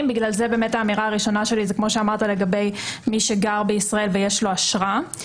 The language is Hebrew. ולכן האמירה הראשונה שלי היא לגבי מי שגר בישראל ויש לו אשרה.